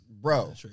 Bro